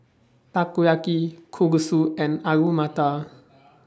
Takoyaki Kalguksu and Alu Matar